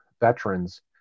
veterans